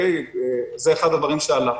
זה אחד הדברים שעלה.